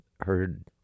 heard